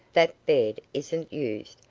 that bed isn't used.